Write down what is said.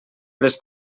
les